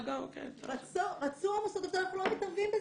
רצו המוסדות, אנחנו לא מתערבים בזה.